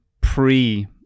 pre